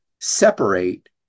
separate